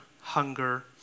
hunger